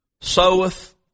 soweth